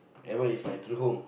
ever is my true home